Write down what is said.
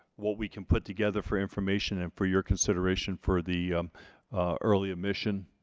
what we can put together for information and for your consideration for the early admission